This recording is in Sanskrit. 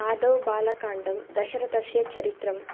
आदौ बालकाण्डं दशरथस्य चरित्रं